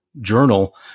journal